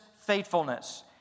faithfulness